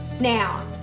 Now